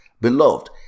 beloved